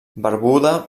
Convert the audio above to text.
barbuda